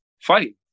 fight